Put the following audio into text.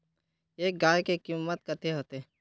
एक गाय के कीमत कते होते?